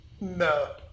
No